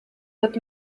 wird